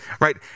Right